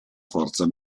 forza